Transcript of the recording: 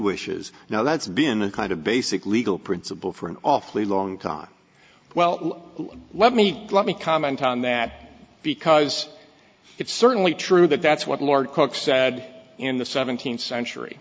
wishes now that's been a kind of basic legal principle for an awfully long con well let me let me comment on that because it's certainly true that that's what lord cook said in the seventeenth century